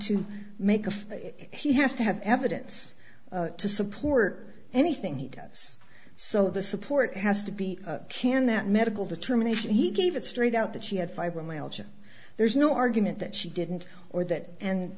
to make of it he has to have evidence to support anything he does so the support has to be can that medical determination he gave it straight out that she had fibromyalgia there's no argument that she didn't or that and